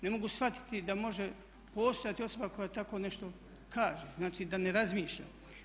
Ne mogu shvatiti da može postojati osoba koja tako nešto kaže, znači da ne razmišlja.